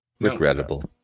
Regrettable